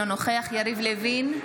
אינו נוכח יריב לוין,